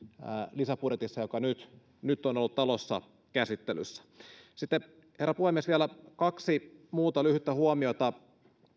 lisäbudjetissa joka nyt nyt on ollut talossa käsittelyssä sitten herra puhemies vielä kaksi muuta lyhyttä huomiota